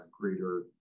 greater